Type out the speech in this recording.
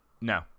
no